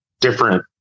different